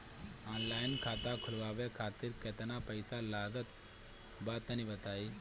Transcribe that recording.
Online खाता खूलवावे खातिर केतना पईसा लागत बा तनि बताईं?